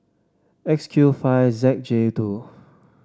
X Q five Z J two